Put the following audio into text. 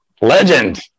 legend